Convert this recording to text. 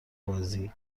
بازی